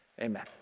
Amen